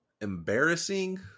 Embarrassing